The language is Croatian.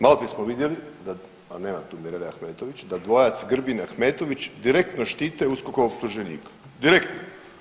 Maloprije smo vidjeli, a nema tu Mirele Ahmetović, da dvojac Grbin Ahmetović direktno štite USKOK-ovog optuženika, direktno.